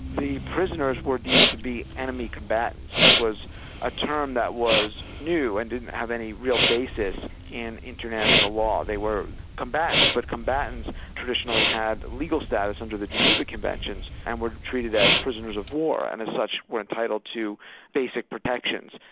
the prisoners were deemed to be enemy combatants. this was a term that was new and didn't have any real basis in international law. they were combatants, but combatants traditionally had legal status under the geneva conventions and were treated as prisoners-of-war, and as such, were entitled to basic protections,